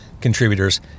contributors